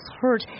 hurt